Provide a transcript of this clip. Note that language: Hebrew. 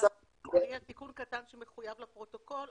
תיקון קטן שמחויב לפרוטוקול,